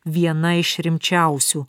viena iš rimčiausių